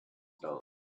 answered